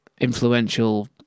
influential